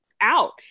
out